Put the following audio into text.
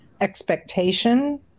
expectation